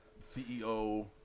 ceo